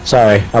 Sorry